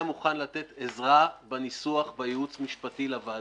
מוכן לתת עזרה בניסוח בייעוץ המשפטי לוועדה.